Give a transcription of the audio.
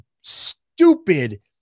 stupid